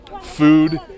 food